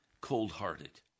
cold-hearted